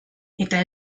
eta